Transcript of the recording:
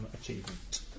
achievement